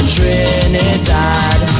Trinidad